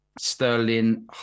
Sterling